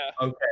Okay